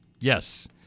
Yes